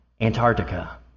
Antarctica